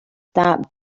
that